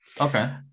Okay